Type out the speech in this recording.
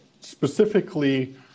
specifically